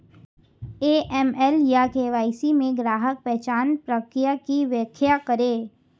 AML या KYC में ग्राहक पहचान प्रक्रिया की व्याख्या करें?